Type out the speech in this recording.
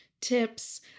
tips